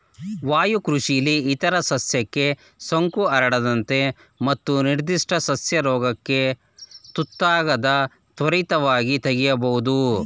ವಾಯುಕೃಷಿಲಿ ಇತರ ಸಸ್ಯಕ್ಕೆ ಸೋಂಕು ಹರಡದಂತೆ ಮತ್ತು ನಿರ್ಧಿಷ್ಟ ಸಸ್ಯ ರೋಗಕ್ಕೆ ತುತ್ತಾದಾಗ ತ್ವರಿತವಾಗಿ ತೆಗಿಬೋದು